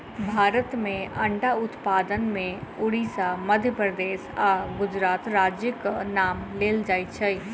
भारत मे अंडा उत्पादन मे उड़िसा, मध्य प्रदेश आ गुजरात राज्यक नाम लेल जाइत छै